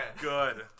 Good